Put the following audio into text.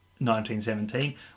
1917